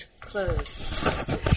close